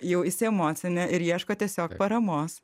jau įsiemocinę ir ieško tiesiog paramos